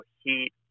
heat